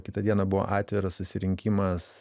kitą dieną buvo atviras susirinkimas